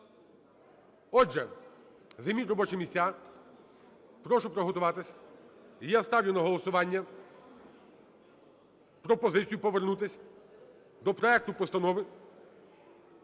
Отже, займіть робочі місця, прошу приготуватися. І я ставлю на голосування пропозицію повернутися до проекту Постанови